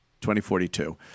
2042